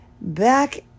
back